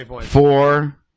four